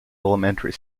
elementary